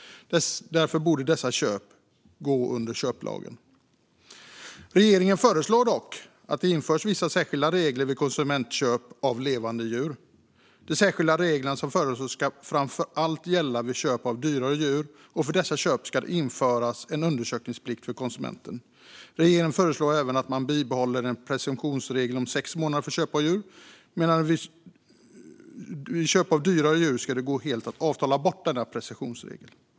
Därför borde dessa köp gå under köplagen. Regeringen föreslår att det införs vissa särskilda regler vid konsumentköp av levande djur. De särskilda regler som föreslås ska framför allt gälla vid köp av dyrare djur, och för dessa köp ska det införas en undersökningsplikt för konsumenten. Regeringen föreslår även att man bibehåller en presumtionsregel om sex månader för köp av djur, medan det vid köp av dyrare djur ska gå att helt avtala bort presumtionsregeln.